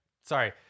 Sorry